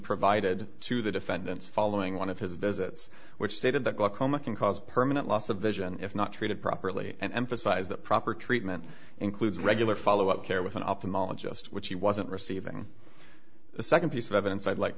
provided to the defendant's following one of his visits which stated that glaucoma can cause permanent loss of vision if not treated properly and emphasized that proper treatment includes regular follow up care with an ophthalmologist which he wasn't receiving the second piece of evidence i'd like